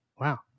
Wow